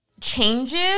changes